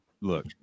look